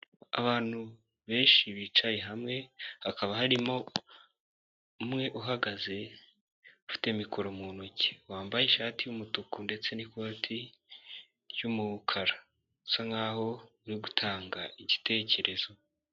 Abantu benshi bicaye hamwe, hakaba harimo umwe uhagaze ufite mikoro mu ntoki, wambaye ishati y'umutuku ndetse n'ikoti ry'umukara asa nk'aho uri gutanga igitekerezo.